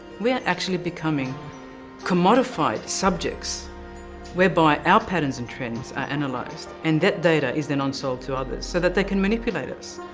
we are actually becoming commodified subjects whereby our patterns and trends are analysed and that data is then sold to others so that they can manipulate us.